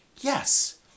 Yes